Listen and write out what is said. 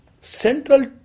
central